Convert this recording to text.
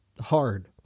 hard